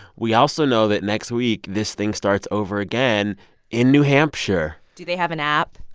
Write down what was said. we also know that, next week, this thing starts over again in new hampshire do they have an app?